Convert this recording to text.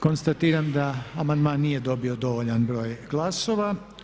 Konstatiram da amandman nije dobio dovoljan broj glasova.